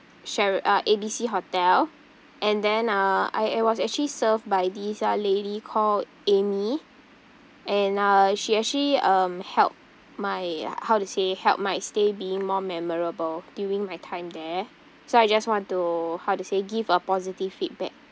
shera~ uh A B C hotel and then uh I was actually served by this uh lady called amy and uh she actually um helped my how to say helped my stay be more memorable during my time there so I just want to how to say give a positive feedback